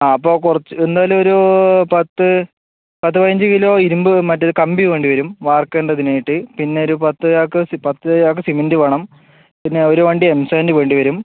ആ അപ്പം കുറച്ച് എന്നാലൊരു പത്ത് പത്ത് പതിനഞ്ച് കിലോ ഇരുമ്പ് മറ്റേത് കമ്പി വേണ്ടി വരും വാർക്കേണ്ടതിന് ആയിട്ട് പിന്നെ ഒരു പത്ത് ചാക്ക് പത്ത് ചാക്ക് സിമൻറ്റ് വേണം പിന്നെ ഒരു വണ്ടി എം സാൻഡ് വേണ്ടി വരും